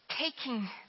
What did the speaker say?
taking